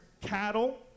cattle